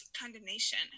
condemnation